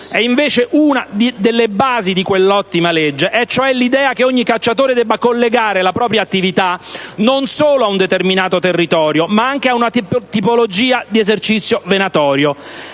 è invece una delle basi di quell'ottima legge; è l'idea che ogni cacciatore debba collegare la propria attività non solo a un determinato territorio, ma anche a una tipologia di esercizio venatorio.